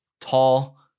Tall